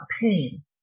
pain